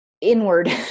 inward